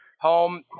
home